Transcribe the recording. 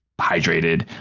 hydrated